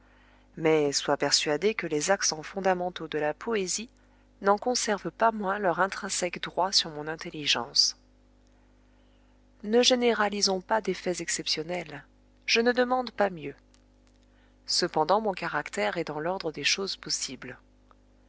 mais sois persuadé que les accents fondamentaux de la poésie n'en conservent pas moins leur intrinsèque droit sur mon intelligence ne généralisons pas des faits exceptionnels je ne demande pas mieux cependant mon caractère est dans l'ordre des choses possibles